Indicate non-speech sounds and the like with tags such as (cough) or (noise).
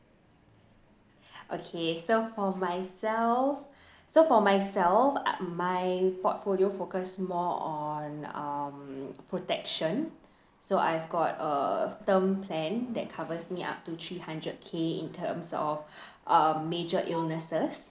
(breath) okay so for myself (breath) so for myself my portfolio focus more on um protection so I've got a term plan that covers me up to three hundred K in terms of (breath) uh major illnesses